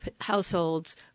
Households